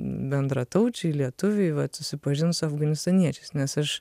bendrataučiai lietuviai vat susipažins su afganistaniečiais nes aš